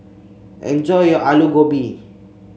enjoy your Aloo Gobi